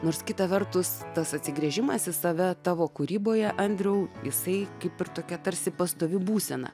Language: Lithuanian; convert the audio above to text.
nors kita vertus tas atsigręžimas į save tavo kūryboje andriau jisai kaip ir tokia tarsi pastovi būsena